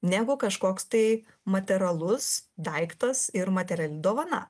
negu kažkoks tai materialus daiktas ir materiali dovana